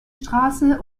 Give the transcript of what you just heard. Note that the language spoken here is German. straße